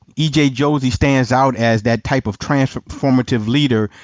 e j. josey stands out as that type of transformative leader,